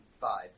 five